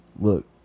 look